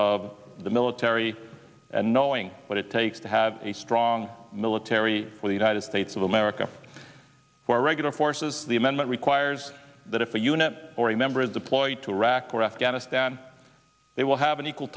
of the military and knowing what it takes to have a strong military for the united states of america for regular forces the amendment requires that if a unit or a member is a ploy to iraq or afghanistan they will have an equal